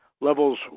levels